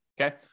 okay